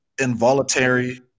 involuntary